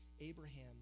Abraham